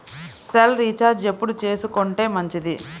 Cell recharge ఎప్పుడు చేసుకొంటే మంచిది?